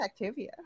Activia